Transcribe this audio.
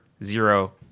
zero